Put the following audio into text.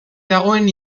dagoen